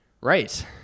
Right